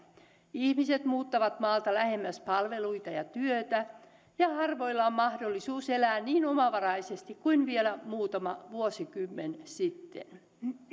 ihmiset muuttavat maalta lähemmäs palveluita ja työtä ja harvoilla on mahdollisuus elää niin omavaraisesti kuin vielä muutama vuosikymmen sitten